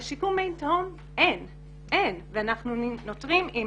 לשיקום מי תהום אין ואנחנו נותרים עם